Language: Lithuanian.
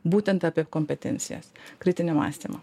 būtent apie kompetencijas kritinį mąstymą